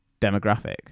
demographic